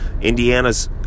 Indiana's